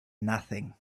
nothing